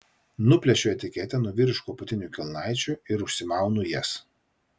nuplėšiu etiketę nuo vyriškų apatinių kelnaičių ir užsimaunu jas